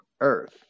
earth